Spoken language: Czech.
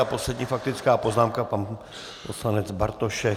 A poslední faktická poznámka pan poslanec Bartošek.